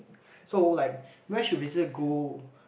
so like where should visitor go